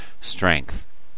Strength